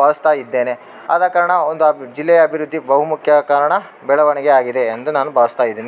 ಭಾವಿಸ್ತಾ ಇದ್ದೇನೆ ಆದ ಕಾರಣ ಒಂದು ಆಬಿ ಜಿಲ್ಲೆಯ ಅಭಿವೃದ್ದಿ ಬಹುಮುಖ್ಯ ಕಾರಣ ಬೆಳವಣಿಗೆ ಆಗಿದೆ ಎಂದು ನಾನು ಭಾವಿಸ್ತಾ ಇದ್ದೀನಿ